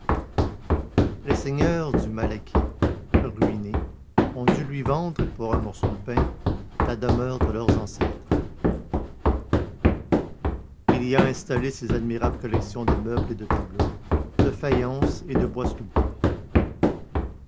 les seigneurs du malaquis ruinés ont dû lui vendre pour un morceau de pain la demeure de leurs ancêtres il y a installé ses admirables collections de meubles et de tableaux de faïences et de bois sculptés